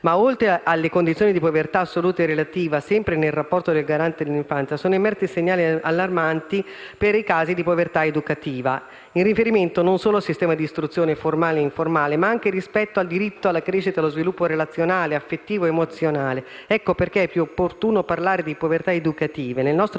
Oltre alle condizioni di povertà assoluta e relativa, sempre nel rapporto del Garante per l'infanzia e l'adolescenza, sono emersi segnali allarmanti per i casi di povertà educativa, in riferimento non solo al sistema di istruzione formale ed informale, ma anche rispetto al diritto alla crescita e allo sviluppo relazionale, affettivo ed emozionale. Ecco perché è più opportuno parlare di povertà educative. Nel nostro